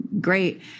great